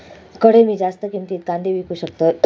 खडे मी जास्त किमतीत कांदे विकू शकतय?